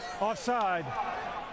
Offside